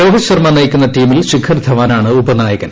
രോഹിത് ശർമ്മ നയിക്കുന്ന ടീമിൽ ശിഖർ ധവാനാണ് ഉപനായകൻ